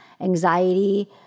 anxiety